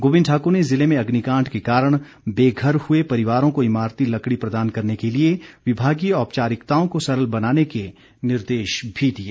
गोविंद ठाकुर ने जिले में अग्निकांड के कारण बेघर हुए परिवारों को ईमारती लकड़ी प्रदान करने के लिए विभागीय औपचारिकताओं को सरल बनाने के निर्देश भी दिए